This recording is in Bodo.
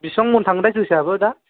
बिसिबां महन थाङोथाय जोसायाबो दा